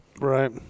Right